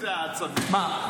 מה?